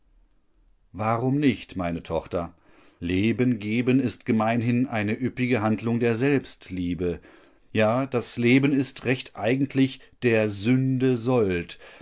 warum nicht meine tochter leben geben ist gemeinhin eine üppige handlung der selbstliebe ja das leben ist recht eigentlich der sünde sold